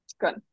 good